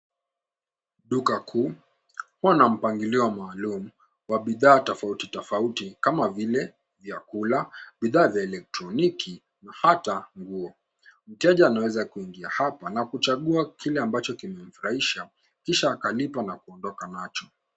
Duka kuu huwa na mpangilio maalum wa bidhaa tofauti tofauti, kama vile vyakula, bidhaa ya kielektroniki na hata nguo. Mteja anaweza kuingia hapa na kuchagua kile ambacho kimemfurahisha, kisha akalipa na kuondoka nacho.